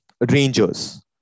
Rangers